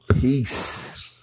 Peace